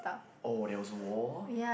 oh that was a war